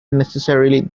necessarily